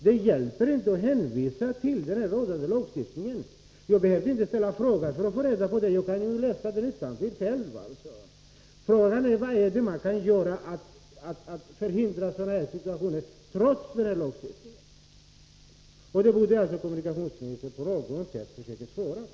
Det hjälper inte att hänvisa till den gällande lagstiftningen. Jag behöver inte ställa någon fråga för att få reda på vad lagen säger, utan det kan jag läsa innantill själv. Frågan är vad man kan göra för att förhindra sådana här situationer trots lagstiftningen. Det borde kommunikationsministern försöka svara på.